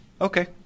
Okay